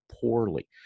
poorly